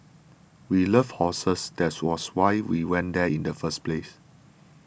we love horses that was why we went there in the first place